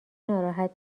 ناراحت